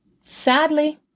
sadly